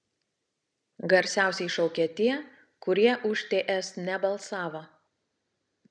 garsiausiai šaukia tie kurie už ts nebalsavo